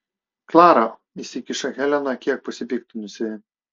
klara įsikiša helena kiek pasipiktinusi